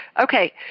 Okay